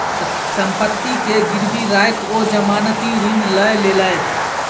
सम्पत्ति के गिरवी राइख ओ जमानती ऋण लय लेलैथ